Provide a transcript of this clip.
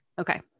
Okay